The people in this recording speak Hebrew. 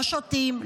לא שותים,